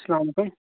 اَسَلامُ عَلیکُم